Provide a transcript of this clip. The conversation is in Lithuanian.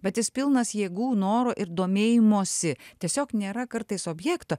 bet jis pilnas jėgų noro ir domėjimosi tiesiog nėra kartais objekto